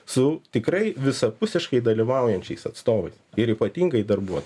su tikrai visapusiškai dalyvaujančiais atstovais ir ypatingai darbuo